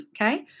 Okay